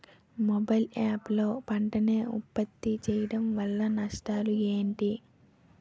Mobile app లో పంట నే ఉప్పత్తి చేయడం వల్ల నష్టాలు ఏంటి?